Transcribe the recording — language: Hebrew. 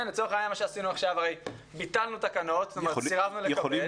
לצורך העניין, עכשיו ביטלנו תקנות, סירבנו לקבל.